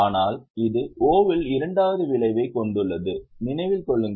ஆனால் இது O இல் இரண்டாவது விளைவைக் கொண்டுள்ளது நினைவில் கொள்ளுங்கள்